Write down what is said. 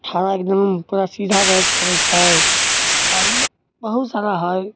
ठड़ा एगदम पूरा सीधा रहैके पड़ै छै आओर बहुत सारा हइ